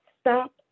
Stop